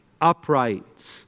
upright